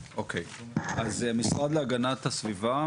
המשרד להגנת הסביבה,